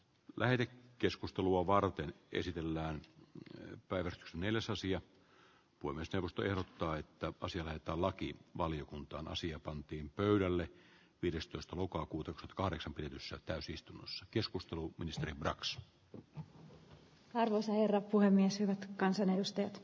lähde keskustelua varten esitellään päivät neljäsosia voimistelusta ja ottaa jopa sillä että lakiin valiokuntaan asia pantiin pöydälle yhdestoista lokakuuta kahdeksan kyydissä täysistunnossa keskustelu ministerin kaksi jukka hartosen ja puhemies eivät kansanedustajat